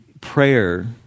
prayer